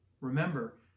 Remember